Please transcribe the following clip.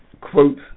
quote